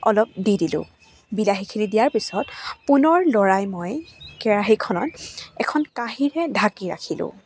অলপ দি দিলোঁ বিলাহীখিনি দিয়াৰ পিছত পুনৰ লৰাই মই কেৰাহিখনত এখন কাঁহীৰে ঢাকি ৰাখিলোঁ